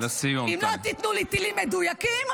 אם לא תיתנו לי טילים מדויקים,